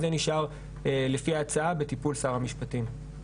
זה נשאר לפי ההצעה בטיפול שר המשפטים.